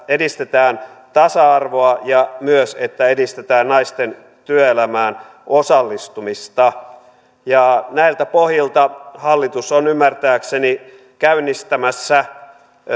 edistetään tasa arvoa ja myös edistetään naisten työelämään osallistumista ja näiltä pohjilta hallitus on ymmärtääkseni käynnistämässä